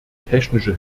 technische